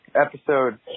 episode